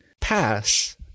pass